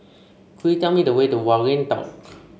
could you tell me the way to Waringin Walk